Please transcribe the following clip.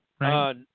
Right